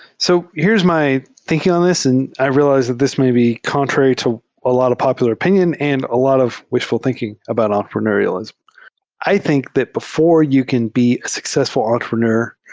so here's my thinking on this, and i realize that this may be contrary to a lot of popular opinion and a lot of wishful thinking about entrepreneur ial. i think that before you can be a successful entrepreneur,